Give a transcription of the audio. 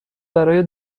برای